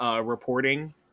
reporting